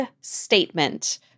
statement